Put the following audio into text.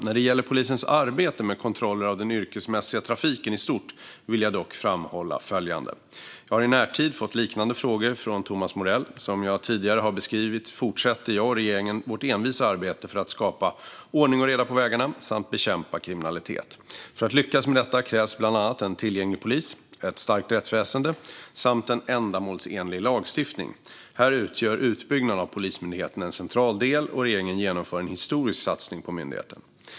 När det gäller polisens arbete med kontroller av den yrkesmässiga trafiken i stort vill jag dock framhålla följande: Jag har i närtid fått liknande frågor från Thomas Morell. Som jag tidigare har beskrivit fortsätter jag och regeringen vårt envisa arbete för att skapa ordning och reda på vägarna samt bekämpa kriminalitet. För att lyckas med detta krävs bland annat en tillgänglig polis, ett starkt rättsväsen samt en ändamålsenlig lagstiftning. Här utgör utbyggnaden av Polismyndigheten en central del, och regeringen genomför en historisk satsning på myndigheten.